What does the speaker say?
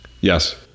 Yes